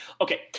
Okay